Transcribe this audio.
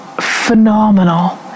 phenomenal